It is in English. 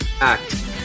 act